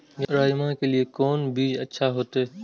राजमा के लिए कोन बीज अच्छा होते?